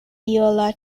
viola